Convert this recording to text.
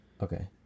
Okay